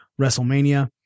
WrestleMania